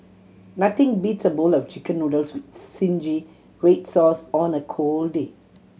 nothing beats a bowl of Chicken Noodles with zingy red sauce on a cold day